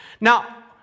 Now